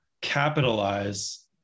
capitalize